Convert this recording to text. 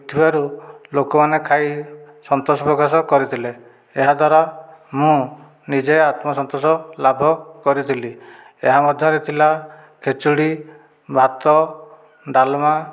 ଥିବାରୁ ଲୋକମାନେ ଖାଇ ସନ୍ତୋଷ ପ୍ରକାଶ କରିଥିଲେ ଏହାଦ୍ଵାରା ମୁଁ ନିଜେ ଆତ୍ମସନ୍ତୋଷ ଲାଭ କରିଥିଲି ଏହା ମଧ୍ୟରେ ଥିଲା ଖେଚୋଡ଼ି ଭାତ ଡାଲମା